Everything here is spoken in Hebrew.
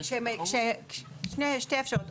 שתי אפשרויות.